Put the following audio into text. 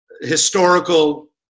historical